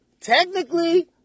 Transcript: Technically